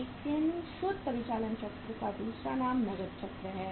लेकिन शुद्ध परिचालन चक्र का दूसरा नाम नकद चक्र है